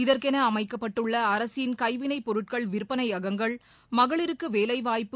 இதற்கௌஅமைக்கப்பட்டுள்ளஅரசின் கைவிளைப் பொருட்கள் விற்பனையகங்கள் மகளிருக்குவேலைவாய்ப்பு